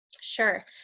Sure